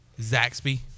zaxby